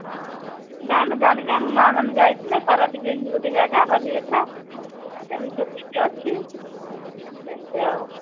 ହଁ ପିଲା ଆମେ ଜାଣିବେ ଆମ ମାଆ ମାନେ ଯାଇଥିଲେ ପାରାଦ୍ୱୀପ ଏମିତି ଗୋଟେ ଜାଗା ବାଲିଯାତ୍ରା ଏମିତି ସବୁ ଏଠି ଅଛି ଏମିତି ଆଉ